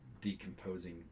decomposing